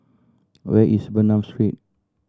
where is Bernam Street